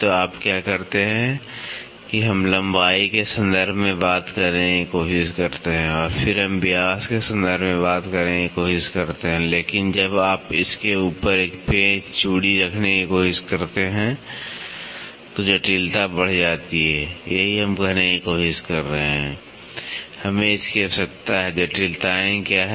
तो आप क्या करते हैं कि हम लंबाई के संदर्भ में बात करने की कोशिश करते हैं और फिर हम व्यास के संदर्भ में बात करने की कोशिश करते हैं लेकिन जब आप इसके ऊपर एक पेंच चूड़ी रखने की कोशिश करते हैं तो जटिलता बढ़ जाती है यही हम कहने की कोशिश कर रहे हैं हमें इसकी आवश्यकता है जटिलताएँ क्या हैं